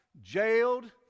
jailed